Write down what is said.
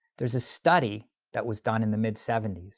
there's a study that was done in the mid seventy s.